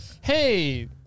Hey